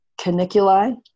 caniculi